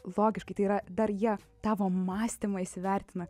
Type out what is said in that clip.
logiškai tai yra dar jie tavo mąstymą įsivertina